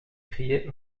criait